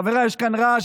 חבריי, יש כאן רעש.